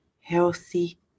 healthy